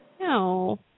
No